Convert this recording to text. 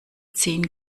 zehn